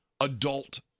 adult